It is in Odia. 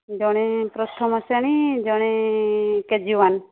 ଜଣେ ପ୍ରଥମ ଶ୍ରେଣୀ ଜଣେ କେ ଜି ୱାନ୍